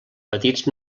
petits